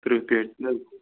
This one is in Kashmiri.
ترٕٛہ پیٹہِ تی حظ